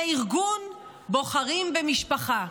זה ארגון "בוחרים במשפחה",